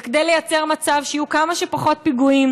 וכדי לייצר מצב שיהיו כמה שפחות פיגועים